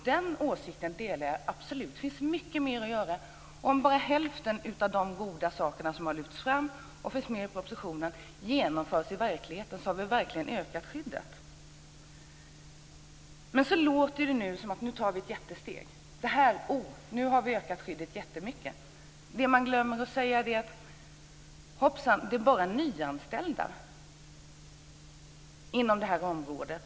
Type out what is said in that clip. Den åsikten delar jag absolut. Det finns alltså mycket mer att göra. Även om bara hälften av de goda saker som lyfts fram och som finns med i propositionen genomförs i verkligheten har vi verkligen ökat skyddet! Nu låter det som att vi tar ett jättesteg - att vi nu har ökat skyddet väldigt mycket. Men man glömmer att säga: Hoppsan, det är bara fråga om nyanställda inom det här området.